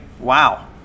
wow